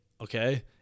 okay